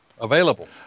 available